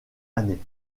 année